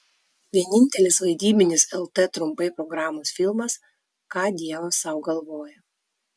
vienintelis vaidybinis lt trumpai programos filmas ką dievas sau galvoja